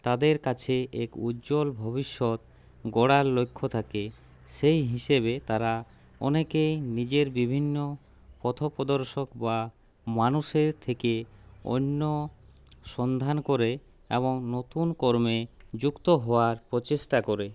তাদের কাছে এক উজ্জ্বল ভবিষ্যৎ গড়ার লক্ষ্য থাকে সেই হিসেবে তারা অনেকেই নিজের বিভিন্ন পথপ্রদর্শক বা মানুষের থেকে অন্য সন্ধান করে এবং নতুন কর্মে যুক্ত হওয়ার প্রচেষ্টা করে